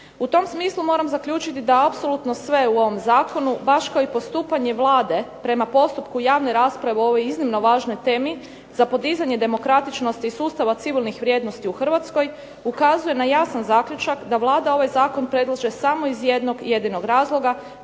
U tom smislu moram zaključiti da apsolutno sve u ovom zakonu baš kao i postupanje Vlade prema postupku javne rasprave o ovoj iznimno važnoj temi za podizanje demokratičnosti i sustava civilnih vrijednosti u Hrvatskoj ukazuje na jasan zaključak da Vlada ovaj zakon predlaže samo iz jednog jedinog razloga,